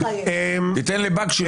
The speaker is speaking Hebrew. תיתן לבקשי לדבר.